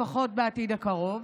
לפחות בעתיד הקרוב.